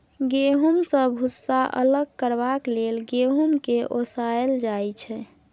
गहुँम सँ भुस्सा अलग करबाक लेल गहुँम केँ ओसाएल जाइ छै